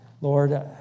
Lord